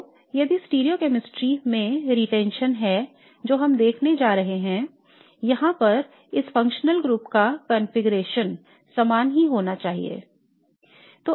तो यह स्टिरियोकेमिस्ट्री में अवधारण है जो हम देखने जा रहे हैं यहाँ पर इस कार्यात्मक समूह का विन्यास समान ही होना चाहिए